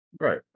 Right